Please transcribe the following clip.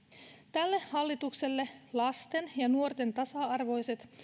tälle hallitukselle lasten ja nuorten tasa arvoiset